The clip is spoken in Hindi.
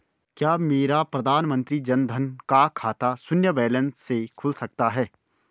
क्या मेरा प्रधानमंत्री जन धन का खाता शून्य बैलेंस से खुल सकता है?